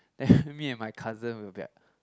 then me and my cousin will be like